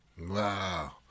Wow